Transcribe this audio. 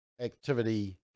activity